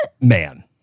man